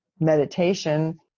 meditation